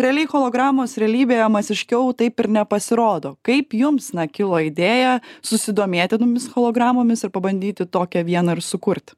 realiai hologramos realybėje masiškiau taip ir nepasirodo kaip jums na kilo idėja susidomėti tomis hologramomis ir pabandyti tokią vieną ir sukurt